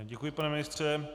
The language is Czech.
Děkuji, pane ministře.